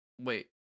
wait